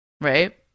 right